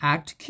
Act